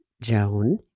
Joan